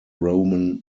roman